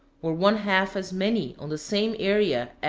or one half as many, on the same area,